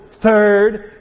third